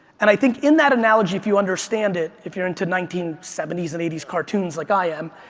and i think in that analogy, if you understand it, if you're into nineteen seventy s and eighty s cartoons like i am,